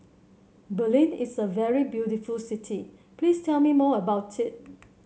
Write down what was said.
Berlin is a very beautiful city Please tell me more about it